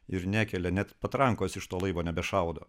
ir nekelia net patrankos iš to laivo nebešaudo